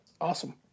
Awesome